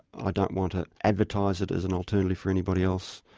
i don't want to advertise it as an alternative for anybody else,